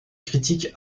critiques